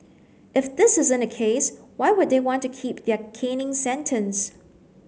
if this isn't the case why would they want to keep their caning sentence